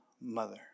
mother